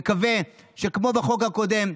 אני מקווה שכמו החוק הקודם,